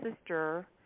sister